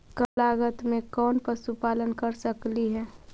कम लागत में कौन पशुपालन कर सकली हे?